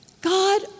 God